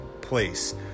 place